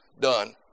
done